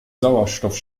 sauerstoff